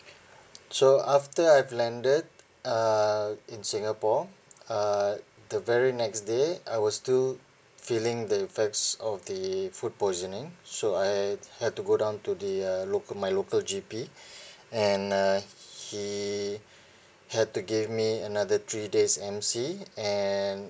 so after I've landed err in singapore uh the very next day I was still feeling the effects of the food poisoning so I had had to go down to the uh local my local G_P and uh he had to give me another three days M_C and